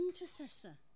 intercessor